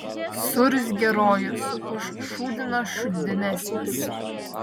suurzgė rojus už šūdiną šūdinesnis